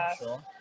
sure